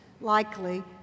likely